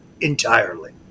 entirely